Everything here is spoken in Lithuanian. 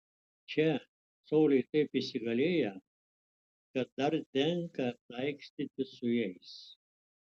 čia coliai taip įsigalėję kad dar tenka taikstytis su jais